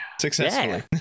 successfully